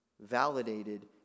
validated